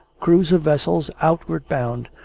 crews of vessels outward-bound,